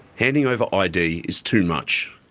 handing over id is too much.